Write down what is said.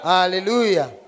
Hallelujah